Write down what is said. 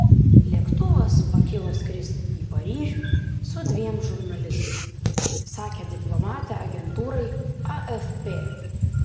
lėktuvas pakilo skristi į paryžių su dviem žurnalistais sakė diplomatė agentūrai afp